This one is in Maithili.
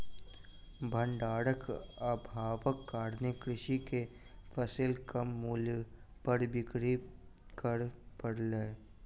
भण्डारक अभावक कारणेँ कृषक के फसिल कम मूल्य पर बिक्री कर पड़लै